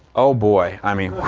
oh boy. i mean